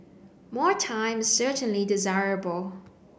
more time is certainly desirable